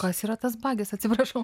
kas yra tas bagis atsiprašau